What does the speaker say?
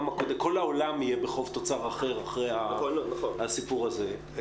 --- כל העולם יהיה בחוב תוצר אחר אחרי הסיפור הזה.